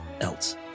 else